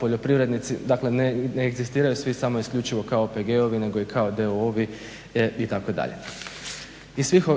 poljoprivrednici dakle ne egzistiraju svi samo isključivo kao OPG-ovi nego kao i d.o.o. itd.